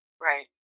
Right